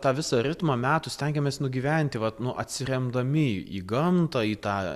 tą visą ritmą metų stengiamės nugyventi vat nu atsiremdami į gamtą į tą